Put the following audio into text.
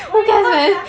horrible sia